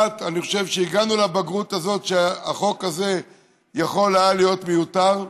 אני חושב שהגענו לבגרות הזאת שהחוק הזה יכול היה להיות מיותר,